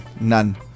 none